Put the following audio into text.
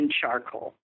charcoal